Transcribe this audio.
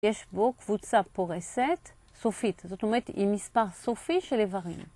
יש בו קבוצה פורשת סופית, זאת אומרת עם מספר סופי של איברים.